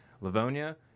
Livonia